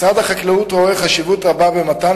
משרד החקלאות רואה חשיבות רבה במתן